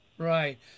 Right